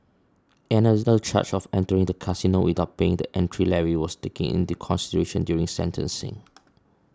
another charge of entering the casino without paying the entry levy was taken into consideration during sentencing